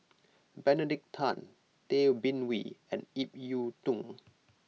Benedict Tan Tay Bin Wee and Ip Yiu Tung